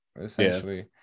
essentially